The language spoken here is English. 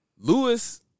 Lewis